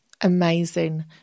amazing